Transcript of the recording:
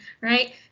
right